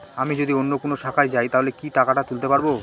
আমি যদি অন্য কোনো শাখায় যাই তাহলে কি টাকা তুলতে পারব?